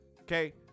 Okay